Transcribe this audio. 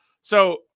So-